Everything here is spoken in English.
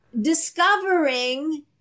discovering